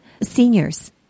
seniors